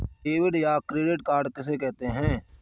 Debit या credit card किसे कहते हैं?